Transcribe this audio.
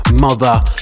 mother